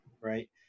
Right